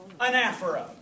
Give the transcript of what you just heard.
Anaphora